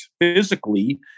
physically